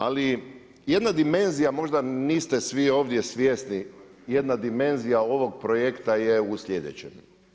Ali jedna dimenzija možda niste svi ovdje svjesni jedna dimenzija ovog projekta je u sljedećem.